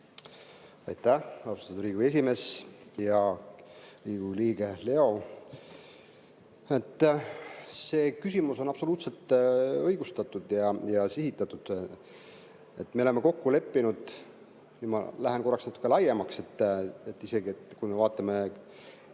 Aitäh, austatud Riigikogu esimees! Hea Riigikogu liige Leo! See küsimus on absoluutselt õigustatud ja sihitatud. Me oleme kokku leppinud – ma lähen korraks natuke laiemaks, aga kui me vaatame,